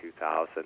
2000